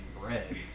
bread